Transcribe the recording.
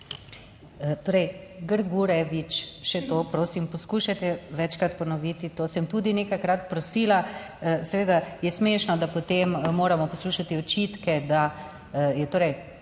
Torej Grgurevič, še to prosim, poskušajte večkrat ponoviti. To sem tudi nekajkrat prosila, seveda je smešno, da potem moramo poslušati očitke, da je torej,